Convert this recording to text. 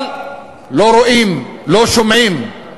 אבל לא רואים, לא שומעים.